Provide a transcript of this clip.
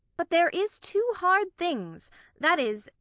but there is two hard things that is,